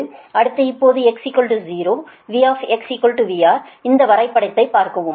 அடுத்து இப்போது x 0 V VR இந்த வரைபடத்தைப் பார்க்கவும்